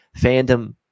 fandom